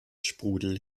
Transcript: sprudel